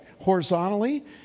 Horizontally